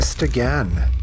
again